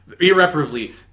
irreparably